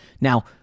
Now